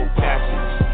passes